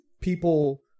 people